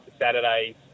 Saturday